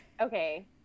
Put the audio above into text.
Okay